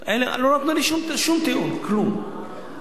למה הם התנגדו?